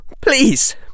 Please